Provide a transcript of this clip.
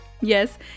Yes